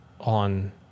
on